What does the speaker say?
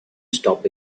stop